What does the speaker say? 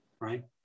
right